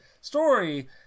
Story